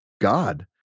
God